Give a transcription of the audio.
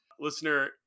Listener